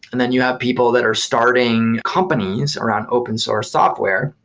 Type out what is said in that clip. and then you have people that are starting companies around open source software,